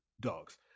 Dogs